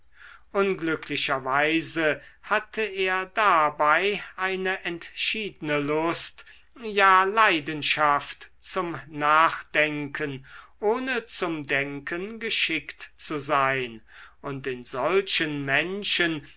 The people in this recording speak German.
unglücklicherweise hatte er dabei eine entschiedne lust ja leidenschaft zum nachdenken ohne zum denken geschickt zu sein und in solchen menschen